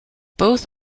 both